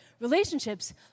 Relationships